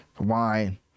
wine